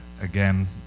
again